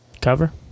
cover